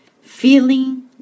feeling